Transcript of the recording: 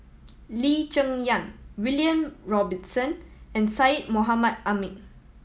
Lee Cheng Yan William Robinson and Syed Mohamed Ahmed